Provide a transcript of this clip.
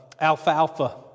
Alfalfa